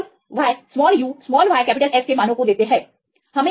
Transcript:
आप yu yF के मानों को देते हैं